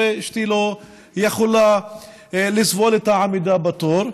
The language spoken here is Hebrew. הרי אשתי לא יכולה לסבול את העמידה בתור.